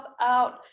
out